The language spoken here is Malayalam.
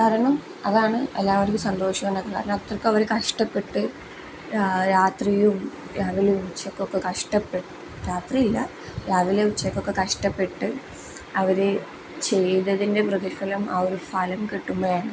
കാരണം അതാണ് എല്ലാവർക്കും സന്തോഷമുണ്ടാക്കുന്നത് കാരണം അത്രയ്ക്കും അവർ കഷ്ടപ്പെട്ട് രാത്രിയും രാവിലെയും ഉച്ചക്കൊക്കെ കഷ്ടപ്പെ രാത്രിയില്ല രാവിലെ ഉച്ചക്കൊക്കെ കഷ്ടപ്പെട്ട് അവർ ചെയ്തതിൻ്റെ പ്രതിഫലം ആ ഒരു ഫലം കിട്ടുമ്പോളാണ്